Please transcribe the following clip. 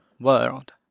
world